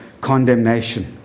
condemnation